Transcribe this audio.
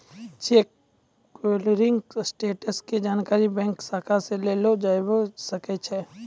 cheque clearing status के जानकारी bank शाखा से लेलो जाबै सकै छै